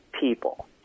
people